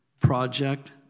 project